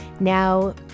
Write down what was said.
now